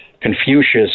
Confucius